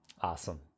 awesome